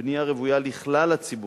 בנייה רוויה לכלל הציבור.